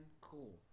cool